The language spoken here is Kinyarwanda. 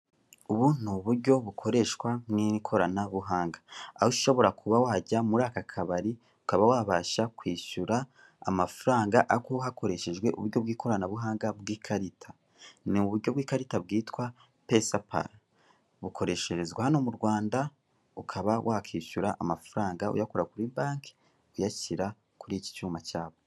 Ubu ni uburyo bukoreshwa mu ikoranabuhanga, aho ushobora kuba wajya muri aka kabari ukaba wabasha kwishyura amafaranga ariko hakoreshejwe uburyo bw'ikoranabuhanga bw'ikarita; ni uburyo bw'ikarita bwitwa ''Pesapal''; bukoresherezwa hano mu Rwanda, ukaba wakishyura amafaranga uyakura kuri banki uyashyira kuri iki cyuma cyabo.